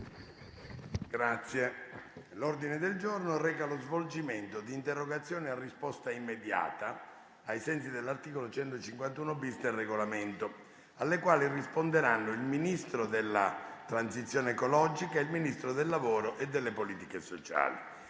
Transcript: L'ordine del giorno reca lo svolgimento di interrogazioni a risposta immediata (cosiddetto *question time*), ai sensi dell'articolo 151-*bis* del Regolamento, alle quali risponderanno il Ministro della transizione ecologica e il Ministro del lavoro e delle politiche sociali.